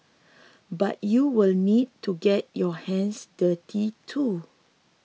but you will need to get your hands dirty too